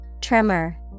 Tremor